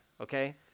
okay